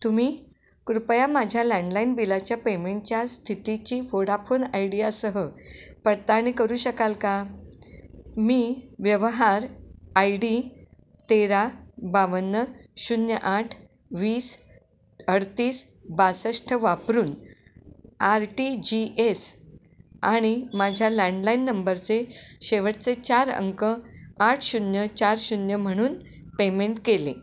तुम्ही कृपया माझ्या लँडलाईन बिलाच्या पेमेंटच्या स्थितीची वोडाफोन आयडीयासह पडताळणी करू शकाल का मी व्यवहार आय डी तेरा बावन्न शून्य आठ वीस अडतीस बासष्ट वापरून आर टी जी एस आणि माझ्या लँडलाईन नंबरचे शेवटचे चार अंक आठ शून्य चार शून्य म्हणून पेमेंट केले